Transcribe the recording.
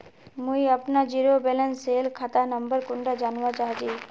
मुई अपना zero balance सेल खाता नंबर कुंडा जानवा चाहची?